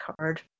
card